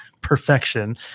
perfection